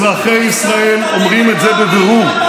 אזרחי ישראל אומרים את זה בבירור.